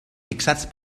fixats